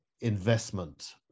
investment